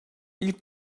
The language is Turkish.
ilk